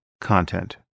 content